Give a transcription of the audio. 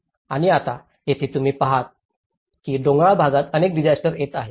आणि आता येथे तुम्ही पहाल की डोंगराळ भागात अनेक डिसास्टर येत आहेत